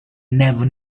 never